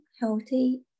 healthy